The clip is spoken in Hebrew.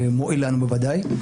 מועיל לנו בוודאי.